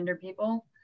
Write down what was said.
people